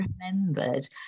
remembered